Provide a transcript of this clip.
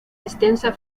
extensa